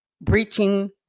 breaching